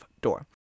door